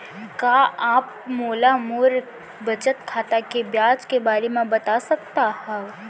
का आप मोला मोर बचत खाता के ब्याज के बारे म बता सकता हव?